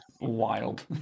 wild